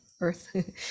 earth